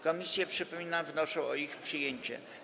Komisje, przypominam, wnoszą o ich przyjęcie.